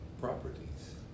properties